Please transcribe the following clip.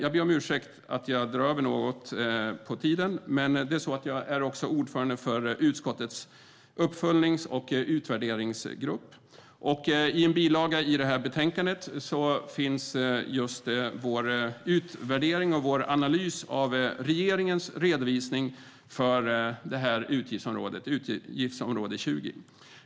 Jag ber om ursäkt för att jag drar över något på talartiden, men jag är ordförande för utskottets uppföljnings och utvärderingsgrupp, och i en bilaga till det här betänkandet finns vår utvärdering och analys av regeringens redovisning av utgiftsområde 20.